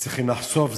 וצריכים לחשוף.